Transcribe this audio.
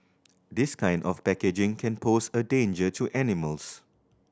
this kind of packaging can pose a danger to animals